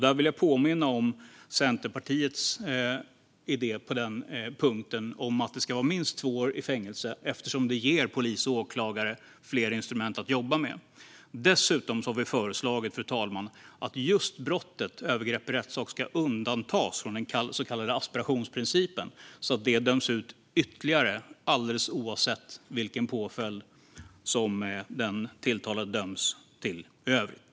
Där vill jag påminna om Centerpartiets idé på den punkten, att det ska vara minst två år i fängelse eftersom det ger polis och åklagare fler instrument att jobba med. Dessutom har vi föreslagit, fru talman, att just brottet övergrepp i rättssak ska undantas från den så kallade aspirationsprincipen, så att det döms ut en ytterligare påföljd alldeles oavsett vilken påföljd den tilltalade döms till i övrigt.